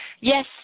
yes